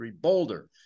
Boulder